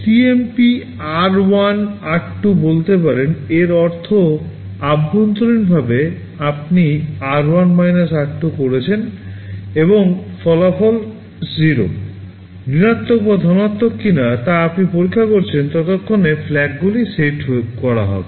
আপনি CMP r1r2বলতে পারেন এর অর্থ অভ্যন্তরীণভাবে আপনি r1 r2 করছেন এবং ফলাফল 0 ঋণাত্মক বা ধনাত্মক কিনা তা আপনি পরীক্ষা করছেন ততক্ষণে FLAGগুলি সেট করা হবে